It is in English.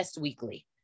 weekly